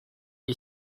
est